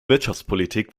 wirtschaftspolitik